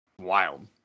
wild